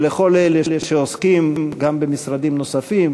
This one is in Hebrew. ולכל אלה שעוסקים גם במשרדים נוספים,